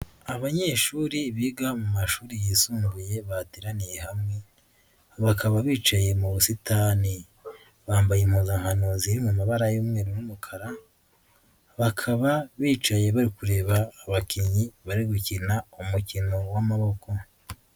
Abanyeshuri biga mu mashuri yisumbuye bateraniye hamwe, bakaba bicaye mu busitani bambaye impuzankano ziri mu mabara y'umweru n'umukara, bakaba bicaye bari kureba abakinnyi bari gukina umukino w'amaboko.